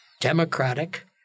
Democratic